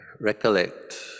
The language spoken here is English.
recollect